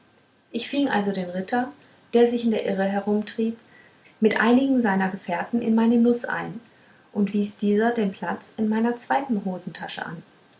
ich fing also den ritter der sich in der irre herumtrieb mit einigen seiner gefährten in meine nuß ein und wies dieser den platz in meiner zweiten hosentasche an